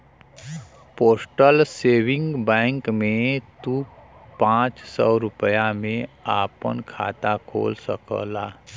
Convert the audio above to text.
postal saving bank में तू पांच सौ रूपया में आपन खाता खोल सकला